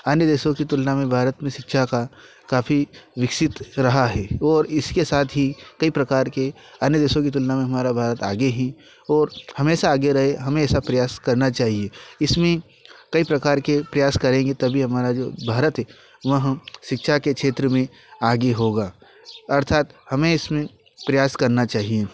अन्य देशों की तुलना में भारत में शिक्षा का काफ़ी विकसित रहा है और इसके साथ ही कई प्रकार के अन्य देशों की तुलना में हमारा भारत आगे है और हमेशा आगे रहे हमें ऐसा प्रयास करना चाहिए इसमें कई प्रकार के प्रयास करेंगे तभी हमारा जो भारत है वह सिक्षा के क्षेत्र में आगे होगा अर्थात हमें इसमें प्रयास करना चाहिए